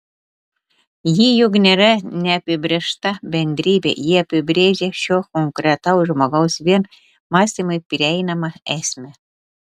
ji juk nėra neapibrėžta bendrybė ji apibrėžia šio konkretaus žmogaus vien mąstymui prieinamą esmę